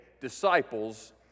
disciples